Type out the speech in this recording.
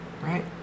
Right